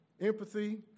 empathy